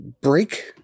break